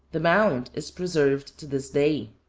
the mount is preserved to this day.